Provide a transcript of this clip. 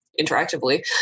interactively